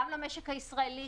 גם למשק הישראלי,